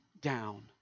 down